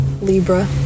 Libra